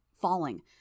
falling